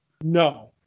No